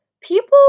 people